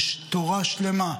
יש תורה שלמה,